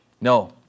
No